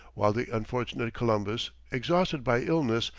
while the unfortunate columbus, exhausted by illness,